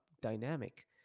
dynamic